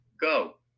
go